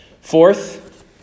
Fourth